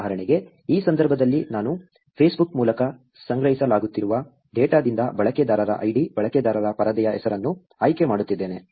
ಉದಾಹರಣೆಗೆ ಈ ಸಂದರ್ಭದಲ್ಲಿ ನಾನು ಫೇಸ್ಬುಕ್ ಮೂಲಕ ಸಂಗ್ರಹಿಸಲಾಗುತ್ತಿರುವ ಡೇಟಾದಿಂದ ಬಳಕೆದಾರರ ಐಡಿ ಬಳಕೆದಾರರ ಪರದೆಯ ಹೆಸರನ್ನು ಆಯ್ಕೆ ಮಾಡುತ್ತಿದ್ದೇನೆ